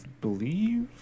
believe